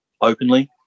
openly